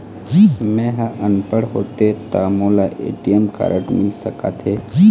मैं ह अनपढ़ होथे ता मोला ए.टी.एम कारड मिल सका थे?